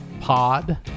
Pod